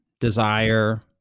desire